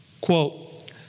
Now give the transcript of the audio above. quote